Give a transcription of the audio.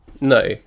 No